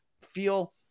feel